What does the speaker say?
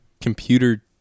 computer